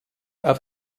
auf